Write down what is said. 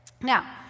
now